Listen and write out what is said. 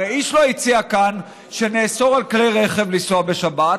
הרי איש לא הציע כאן שנאסור על כלי רכב לנסוע בשבת,